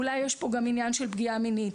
אולי יש פה גם עניין של פגיעה מינית,